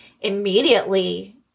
immediately